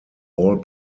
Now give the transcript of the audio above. all